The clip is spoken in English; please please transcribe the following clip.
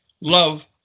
love